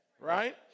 right